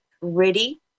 ready